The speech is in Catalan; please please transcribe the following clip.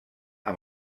amb